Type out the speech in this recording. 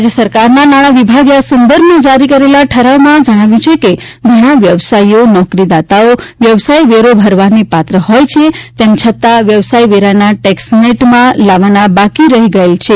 રાજ્ય સરકારના નાણાં વિભાગે આ સંદર્ભમાં જારી કરેલા ઠરાવમાં જણાવ્યું છે કે ઘણા વ્યવસાયીઓ નોકરીદાતાઓ વ્યવસાયવેરો ભરવાને પાત્ર હોય તેમ છતાં વ્યવસાય વેરાના ટેકસ નેટમાં લાવવાના બાકી રહી ગયેલ છે